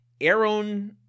Aaron